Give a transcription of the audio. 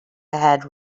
ahead